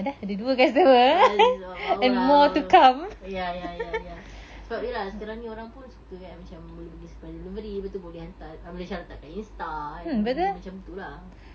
oh !wow! ya ya ya ya sebab ya lah sekarang ni orang pun suka eh macam boleh pergi surprise delivery lepas tu boleh hantar eh boleh share dekat Insta kan macam tu lah